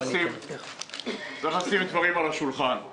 -- להקפיא דבר, צריך לפעול, היושב-ראש,